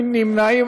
נמנעים.